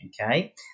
okay